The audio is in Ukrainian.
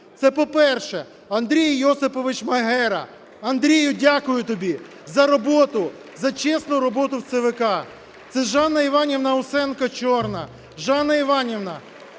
Це, по-перше, Андрій Йосипович Магера. Андрію, дякую тобі за роботу, за чесну роботу в ЦВК. Це Жанна Іванівна Усенко-Чорна. Жанно Іванівно,